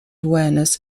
awareness